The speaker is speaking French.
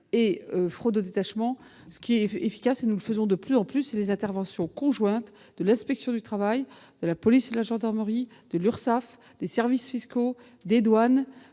les fraudes au détachement. Ce qui est efficace, et nous le faisons de plus en plus, c'est les interventions conjointes de l'inspection du travail, de la police et la gendarmerie, de l'URSSAF, des services fiscaux, et des douanes.